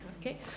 Okay